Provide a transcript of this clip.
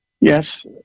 Yes